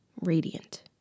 radiant